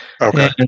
Okay